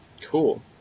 Cool